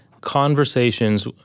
conversations